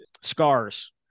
scars